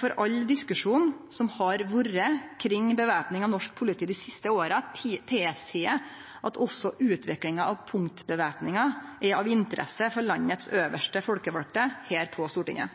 for all diskusjonen som har vore kring væpning av norsk politi dei siste åra, tilseier at også utviklinga av punktvæpninga er av interesse for landets øvste folkevalde, her på Stortinget.